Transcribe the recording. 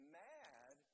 mad